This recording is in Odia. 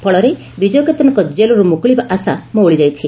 ଫଳରେ ବିଜୟ କେତନଙ୍କ ଜେଲରୁ ମୁକୁଳିବା ଆଶା ମଉଳି ଯାଇଛି